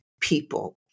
people